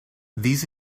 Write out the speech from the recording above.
these